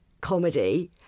comedy